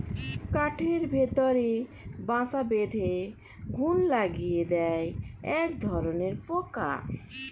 কাঠের ভেতরে বাসা বেঁধে ঘুন লাগিয়ে দেয় একধরনের পোকা